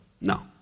No